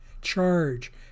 charge